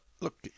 look